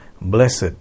blessed